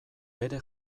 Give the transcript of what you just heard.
bere